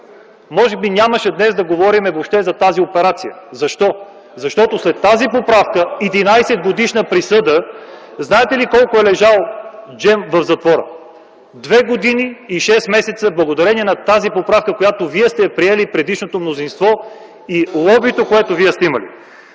може би днес нямаше въобще да говорим за тази операция. Защо? Защото след тази поправка с 11-годишна присъда знаете ли колко е лежал Джем в затвора? Две години и шест месеца, благодарение на тази поправка, която вие, предишното мнозинство, сте приели и лобито, което вие сте имали.